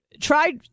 try